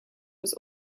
was